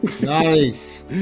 Nice